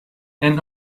and